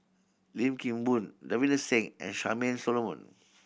Lim Kim Boon Davinder Singh and Charmaine Solomon